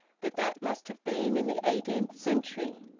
but that must have been in the eighteenth century.